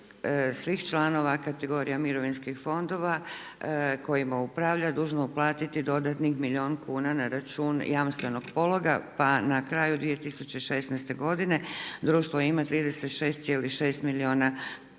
svih članova kategorija mirovinskih fondova kojima upravlja dužno uplatiti dodatnih milijun kuna na računa jamstvenog pologa. Pa na kraju 2016. godine društvo ima 36,6 milijuna kuna